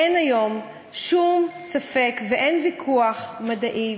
אין היום שום ספק ואין ויכוח מדעי,